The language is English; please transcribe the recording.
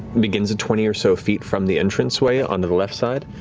begins at twenty or so feet from the entranceway on the the left side.